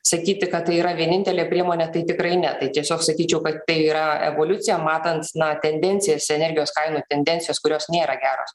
sakyti kad tai yra vienintelė priemonė tai tikrai ne tai tiesiog sakyčiau kad tai yra evoliucija matant na tendencijas energijos kainų tendencijos kurios nėra geros